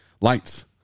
Lights